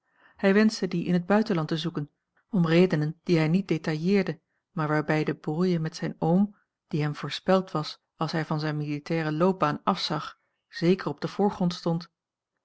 hij wenschte dien in het buitenland te zoeken om redenen die hij niet detailleerde maar waarbij de a l g bosboom-toussaint langs een omweg brouille met zijn oom die hem voorspeld was als hij van zijne militaire loopbaan afzag zeker op den voorgrond stond